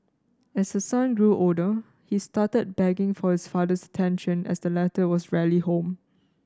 as her son grew older he started begging for his father's attention as the latter was rarely home